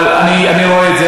אבל אני רואה את זה,